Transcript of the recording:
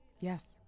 Yes